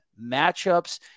matchups